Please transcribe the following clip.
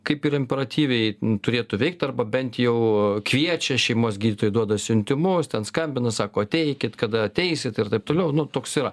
kaip ir imperatyviai turėtų veikt arba bent jau kviečia šeimos gydytojai duoda siuntimus ten skambina sako ateikit kada ateisit ir taip toliau nu toks yra